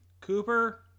Cooper